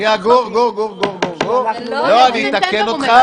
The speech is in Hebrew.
--- גור, אתקן.